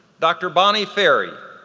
dr. bonnie ferri,